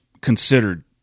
considered